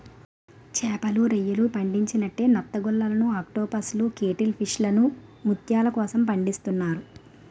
చేపలు, రొయ్యలు పండించినట్లే నత్తగుల్లలు ఆక్టోపస్ కేటిల్ ఫిష్లను ముత్యాల కోసం పండిస్తున్నారు